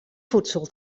voedsel